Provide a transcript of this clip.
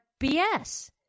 BS